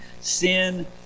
sin